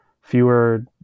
fewer